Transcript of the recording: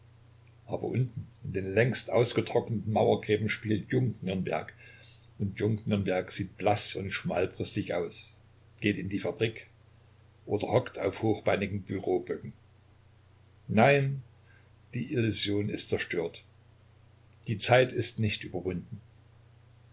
aber unten in den längst ausgetrockneten mauergräben spielt jung-nürnberg und jung-nürnberg sieht blaß und schmalbrüstig aus geht in die fabrik oder hockt auf hochbeinigen bureauböcken nein die illusion ist zerstört die zeit ist nicht überwunden